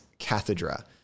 cathedra